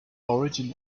origin